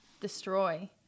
destroy